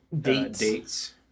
Dates